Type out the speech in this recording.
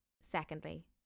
Secondly